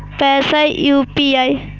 पैसा यू.पी.आई?